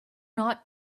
not